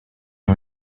巡洋舰